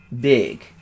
big